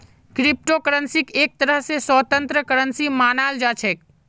crypto करन्सीक एक तरह स स्वतन्त्र करन्सी मानाल जा छेक